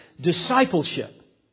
discipleship